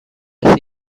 کسی